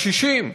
בקשישים,